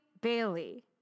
Bailey